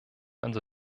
also